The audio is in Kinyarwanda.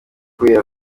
kubera